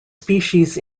species